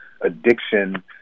addiction